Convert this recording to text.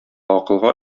акылга